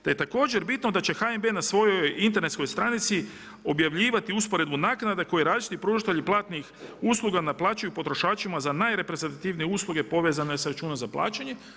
Te je također bitno da će HNB na svojoj internetskoj stranici objavljivati usporedbu naknada koju različiti pružatelji platnih usluga naplaćuju potrošačima za najreprezentativnije usluge povezane sa ručna za plaćanje.